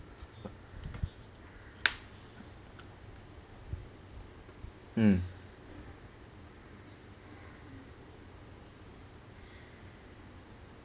mm